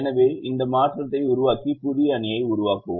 எனவே இந்த மாற்றத்தை உருவாக்கி புதிய அணியை உருவாக்கவும்